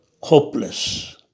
hopeless